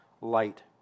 light